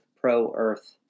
pro-Earth